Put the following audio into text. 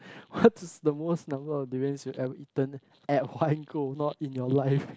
what is the most number of durians you ever eaten at one go not in your life